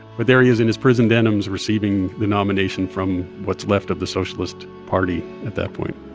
but there he is in his prison denims, receiving the nomination from what's left of the socialist party at that point